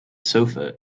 sofa